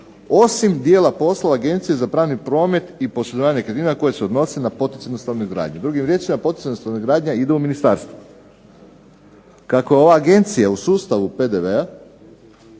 osim dijela poslova Agencije za pravni promet i posredovanje nekretninama koji se odnose na poticajnu stanogradnju. Drugim riječima, poticajna stanogradnja ide u ministarstvo. Kako ova agencija u sustavu PDV-a